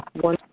One